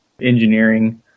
engineering